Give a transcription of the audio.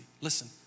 listen